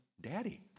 daddy